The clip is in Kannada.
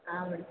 ಹಾಂ ಮೇಡಮ್